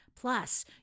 plus